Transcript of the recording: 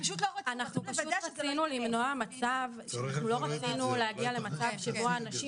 אנחנו פשוט לא רצינו להגיע למצב שבו אנשים